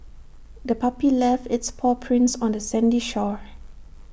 the puppy left its paw prints on the sandy shore